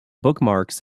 bookmarks